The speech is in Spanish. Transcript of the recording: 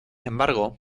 embargo